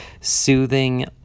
soothing